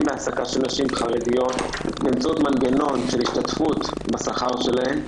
בהעסקה של נשים חרדיות באמצעות מנגנון של השתתפות בשכר שלהן.